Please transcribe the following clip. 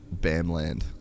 bamland